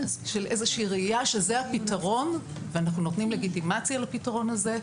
איזה שהיא ראייה שזה הפתרון ואנחנו נותנים לגיטימציה לפתרון הזה.